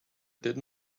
did